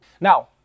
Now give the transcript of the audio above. Now